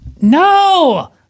No